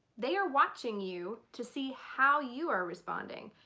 they are watching you to see how you are responding.